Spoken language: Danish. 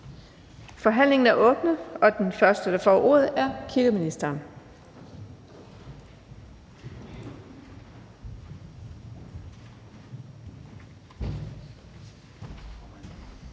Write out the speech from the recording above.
Forhandlingen er åbnet, og den første, der får ordet, er kirkeministeren.